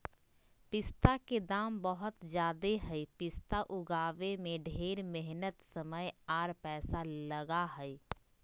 पिस्ता के दाम बहुत ज़्यादे हई पिस्ता उगाबे में ढेर मेहनत समय आर पैसा लगा हई